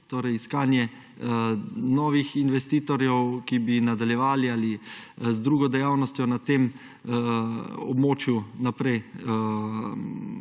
iskanje novih investitorjev, ki bi nadaljevali ali z drugo dejavnostjo na tem območju naprej